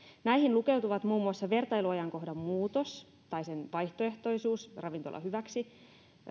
näihin lukeutuvat muun muassa vertailuajankohdan muutos tai sen vaihtoehtoisuus ravintolan hyväksi